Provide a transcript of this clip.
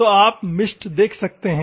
तो आप मिस्ट देख सकते हैं